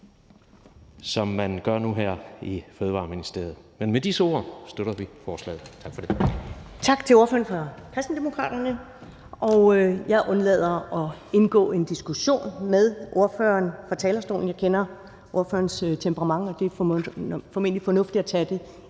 som man gør nu her i Fødevareministeriet. Med disse ord støtter vi forslaget. Tak. Kl.